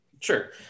sure